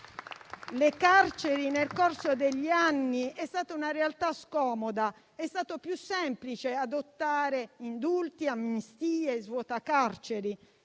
carceri, nel corso degli anni, è stata una realtà scomoda. È stato più semplice adottare indulti, amnistie e provvedimenti